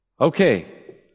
Okay